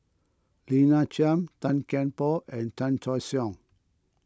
Lina Chiam Tan Kian Por and Chan Choy Siong